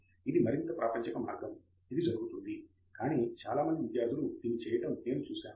ఇది మరింత ప్రాపంచిక మార్గం ఇది జరుగుతుంది కానీ చాలా మంది విద్యార్థులు దీన్ని చేయడం నేను చూశాను